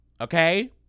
Okay